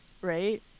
Right